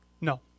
No